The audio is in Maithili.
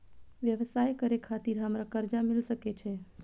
व्यवसाय करे खातिर हमरा कर्जा मिल सके छे?